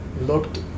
looked